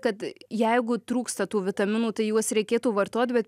kad jeigu trūksta tų vitaminų tai juos reikėtų vartot bet